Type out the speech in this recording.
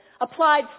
applied